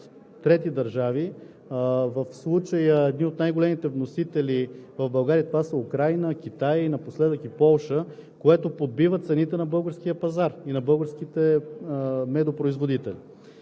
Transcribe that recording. трети държави. В случая едни от най-големите вносители в България това са Украйна, Китай, напоследък и Полша, което подбива цените на българския пазар и на българските медопроизводители.